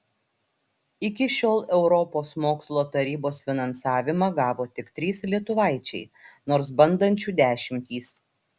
iki šiol europos mokslo tarybos finansavimą gavo tik trys lietuvaičiai nors bandančių dešimtys